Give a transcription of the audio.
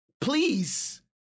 please